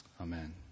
Amen